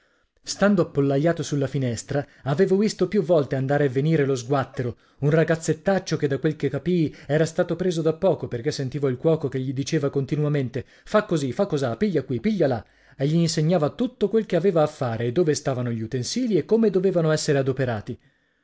stando appollaiato sulla finestra avevo visto più volte andare e venire lo sguattero un ragazzettaccio che da quel che capii era stato preso da poco perché sentivo il cuoco che gli diceva continuamente fa così fa cosà piglia qui piglia là e gli insegnava tutto quel che aveva a fare e dove stavano gli utensili e come dovevano essere adoperati